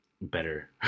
better